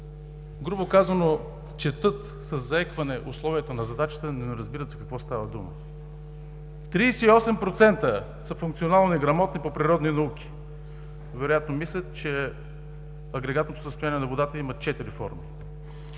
грубо казано, четат със заекване условията на задачата, но не разбират за какво става дума; 38% са функционално неграмотни по природни науки – вероятно мислят, че агрегатното състояние на водата има четири